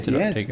yes